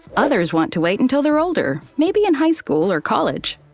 others want to wait until they're older, maybe in high school or college.